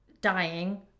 dying